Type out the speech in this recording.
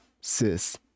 sis